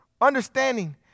understanding